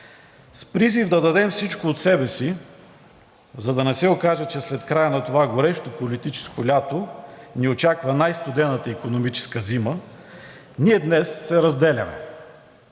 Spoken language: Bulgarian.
С призив да дадем всичко от себе си, за да не се окаже, че след края на това горещо политическо лято ни очаква най-студената икономическа зима, ние днес се разделяме,